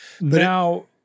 now